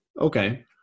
Okay